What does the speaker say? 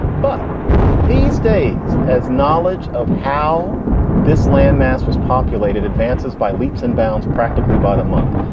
but these days, as knowledge of how this landmass was populated, advances by leaps and bounds practically by the month.